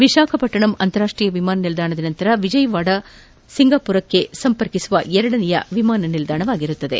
ವಿಶಾಖಪಟ್ವಣಂ ಅಂತಾರಾಷ್ಟೀಯ ವಿಮಾನ ನಿಲ್ದಾಣದ ನಂತರ ವಿಜಯವಾದ ಸಿಂಗಾಪುರಗೆ ಸಂಪರ್ಕಿಸುವ ಎರಡನೇ ವಿಮಾನ ನಿಲ್ಲಾಣವಾಗಿದೆ